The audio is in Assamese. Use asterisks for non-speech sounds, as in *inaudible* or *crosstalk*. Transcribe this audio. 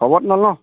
*unintelligible*